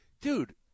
dude